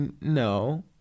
No